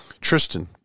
tristan